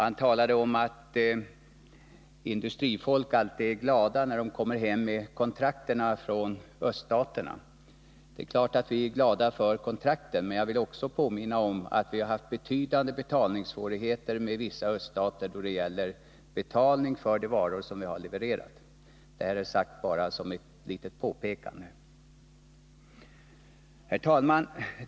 Han talade om att industrifolk alltid är glada när de kommer hem med ett kontrakt från öststaterna. Det är klart att vi är glada för kontrakt, men jag vill påminna om att det förekommit betydande svårigheter i kontakterna med vissa öststater då det gällt betalning för de varor som vi har levererat. Detta är sagt bara som ett litet påpekande. Herr talman!